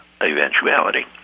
eventuality